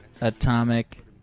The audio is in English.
Atomic